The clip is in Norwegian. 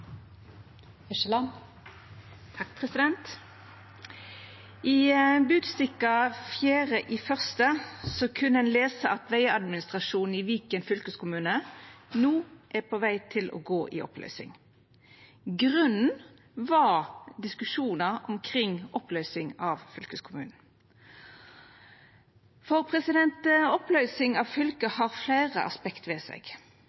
I Budstikka 4. januar kunne ein lese at vegadministrasjonen i Viken fylkeskommune no var i ferd med å gå i oppløysing. Grunnen var diskusjonar omkring oppløysing av fylkeskommunen. For oppløysing av fylke har fleire aspekt ved seg.